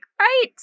right